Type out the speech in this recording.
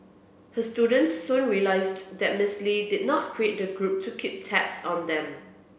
her students soon realised that Miss Lee did not create the group to keep tabs on them